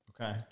Okay